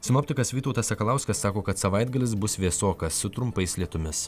sinoptikas vytautas sakalauskas sako kad savaitgalis bus vėsoka su trumpais lietumis